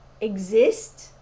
exist